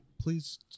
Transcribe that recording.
please